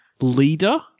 Leader